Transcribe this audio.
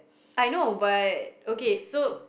I know but okay so